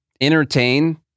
entertain